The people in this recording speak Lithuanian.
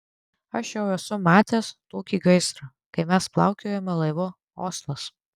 aš jau esu matęs tokį gaisrą kai mes plaukiojome laivu oslas